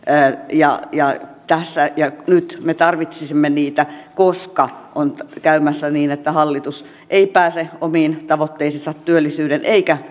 ja ja tässä ja nyt me tarvitsisimme niitä koska on käymässä niin että hallitus ei pääse omiin tavoitteisiinsa työllisyyden eikä